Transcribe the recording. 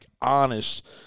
honest